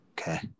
Okay